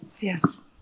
Yes